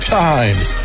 times